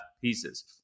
pieces